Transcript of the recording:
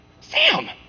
Sam